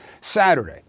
Saturday